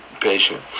patient